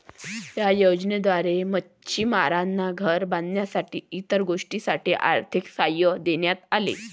या योजनेद्वारे मच्छिमारांना घरे बांधण्यासाठी इतर गोष्टींसाठी आर्थिक सहाय्य देण्यात आले